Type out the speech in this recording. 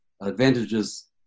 advantages